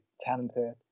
talented